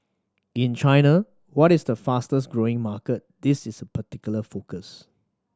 in China what is the fastest growing market this is a particular focus